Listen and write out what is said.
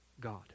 God